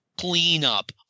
cleanup